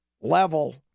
level